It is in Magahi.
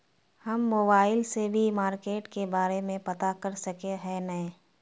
हम मोबाईल से भी मार्केट के बारे में पता कर सके है नय?